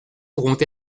pourront